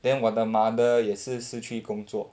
then 我的 mother 也是失去工作